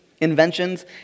inventions